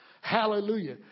Hallelujah